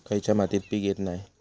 खयच्या मातीत पीक येत नाय?